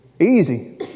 Easy